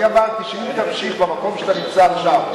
אני אמרתי שאם תמשיך במקום שאתה נמצא עכשיו,